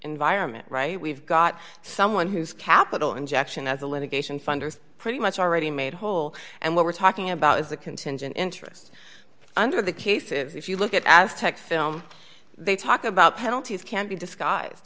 environment right we've got someone who's capital injection as a litigation funders pretty much already made whole and what we're talking about is the contingent interest under the case if you look at tech film they talk about penalties can be disguised